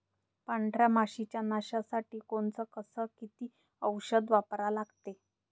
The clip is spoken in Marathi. पांढऱ्या माशी च्या नाशा साठी कोनचं अस किती औषध वापरा लागते?